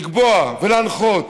לקבוע ולהנחות